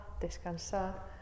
descansar